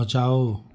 बचाओ